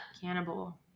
Cannibal